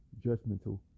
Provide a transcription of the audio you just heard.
judgmental